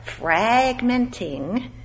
fragmenting